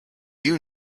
you